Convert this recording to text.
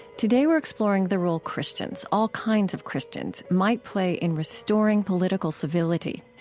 today we're exploring the role christians all kinds of christians might play in restoring political civility.